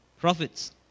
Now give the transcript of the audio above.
profits